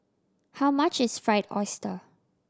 how much is Fried Oyster